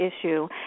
issue